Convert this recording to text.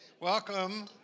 Welcome